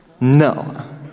No